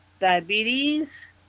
diabetes